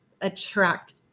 attract